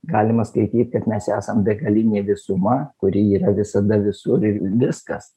galima skaityt kad mes esam begalinė visuma kuri yra visada visur ir viskas